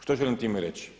Što želim time reći?